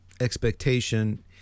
expectation